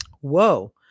Whoa